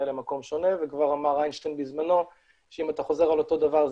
למקום שונה ואמר איינשטיין בזמנו שאם אתה חוזר על אותו דבר,